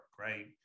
right